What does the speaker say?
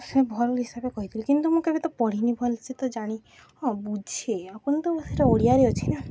ସେ ଭଲ ହିସାବରେ କହିଥିଲି କିନ୍ତୁ ମୁଁ କେବେ ତ ପଢ଼ିନି ଭଲ ସେ ତ ଜାଣି ହଁ ବୁଝେ ଆପଣ ତୁ ସେଇଟା ଓଡ଼ିଆରେ ଅଛି ନା